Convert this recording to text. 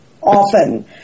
often